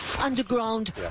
Underground